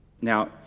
Now